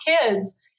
kids